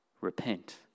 Repent